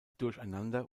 durcheinander